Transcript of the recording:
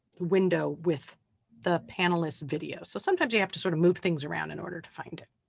window with the panelists video. so sometimes you have to sort of move things around in order to find it.